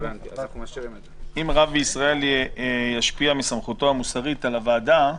אם רב בישראל ישפיע מסמכותו המוסרית על הוועדה,